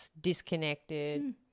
disconnected